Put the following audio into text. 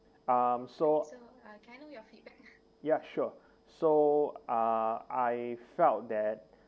um so ya sure so uh I felt that